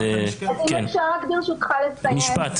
אז רק לסיים.